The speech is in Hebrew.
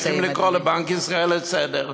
וצריכים לקרוא לבנק ישראל לסדר.